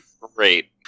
Great